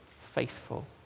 faithful